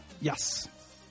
Yes